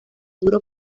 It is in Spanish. duro